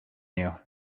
you